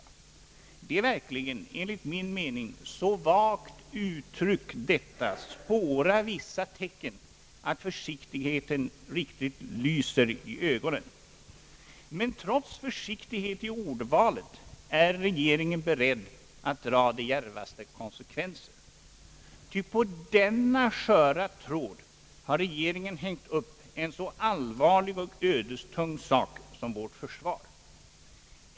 Detta är verkligen enligt min mening så vagt uttryckt — »spåra vissa tecken» — att försiktigheten riktigt lyser i ögonen, men trots försiktigheten i ordvalet är regeringen beredd att dra de djärvaste konsekvenser. Ty på denna sköra tråd har regeringen hängt upp en så allvarlig och ödestung sak som vårt försvar.